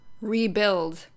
rebuild